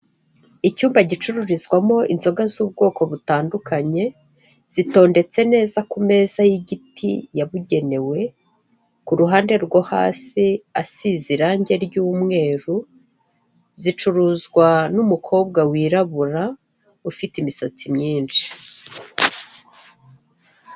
Icyumba gicururizwamo inzoga z' ubwoko butandukanye, zitondetse neza, kumeza yigiti yabugenewe, kuruhande rwo hasi asize irange ry' umweru, zicuruzwa numukobwa wirabura ufite imisatsi myinshi.